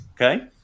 Okay